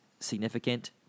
significant